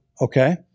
okay